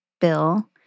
bill